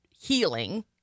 healing